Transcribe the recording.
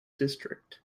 district